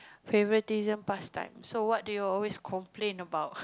favouritism past type so what do you always complain about